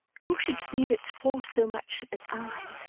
who should feel its force so much as i,